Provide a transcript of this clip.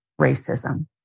racism